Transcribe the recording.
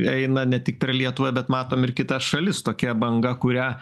eina ne tik per lietuvą bet matom ir kitas šalis tokia banga kurią